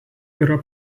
yra